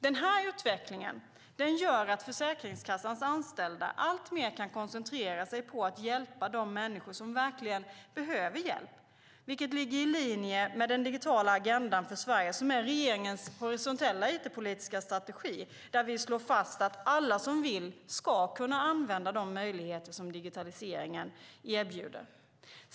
Den här utvecklingen gör att Försäkringskassans anställda alltmer kan koncentrera sig på att hjälpa de människor som verkligen behöver hjälp, vilket ligger i linje med den digitala agendan för Sverige, som är regeringens horisontella it-politiska strategi där vi slår fast att alla som vill ska kunna använda de möjligheter som digitaliseringen erbjuder.